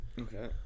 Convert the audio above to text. Okay